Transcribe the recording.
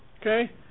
Okay